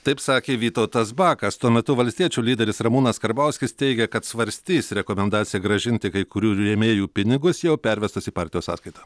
taip sakė vytautas bakas tuo metu valstiečių lyderis ramūnas karbauskis teigia kad svarstys rekomendaciją grąžinti kai kurių rėmėjų pinigus jau pervestus į partijos sąskaitą